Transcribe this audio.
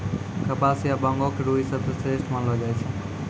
कपास या बांगो के रूई सबसं श्रेष्ठ मानलो जाय छै